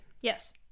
yes